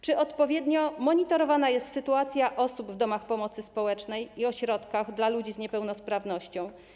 Czy odpowiednio monitorowana jest sytuacja osób w domach pomocy społecznej i ośrodkach dla ludzi z niepełnosprawnością?